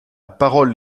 parole